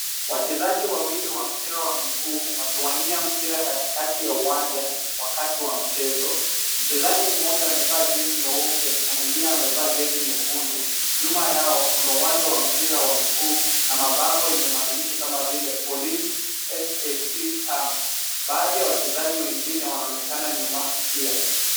Wachezaji wawili wa mpira wa miguu wakiwania mpira katikati ya uwanja wakati wa mchezo. Mchezaji mmoja amevaa jezi nyeupe na mwengine amevaa jezi nyekundu. Nyuma yao kuna uwanja wa mipira ya miguu na mabango yenye maandishi kama vile, Police SSC Stamp. Baadhi ya wachezaji wengine wanaonekana nyuma pia.